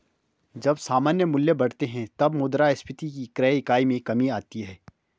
जब सामान्य मूल्य बढ़ते हैं, तब मुद्रास्फीति की क्रय इकाई में कमी आती है